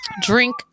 drink